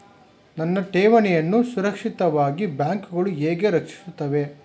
ನನ್ನ ಠೇವಣಿಯನ್ನು ಸುರಕ್ಷಿತವಾಗಿ ಬ್ಯಾಂಕುಗಳು ಹೇಗೆ ರಕ್ಷಿಸುತ್ತವೆ?